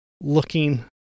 looking